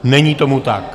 Není tomu tak.